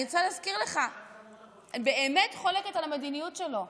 אני באמת חולקת על המדיניות שלו.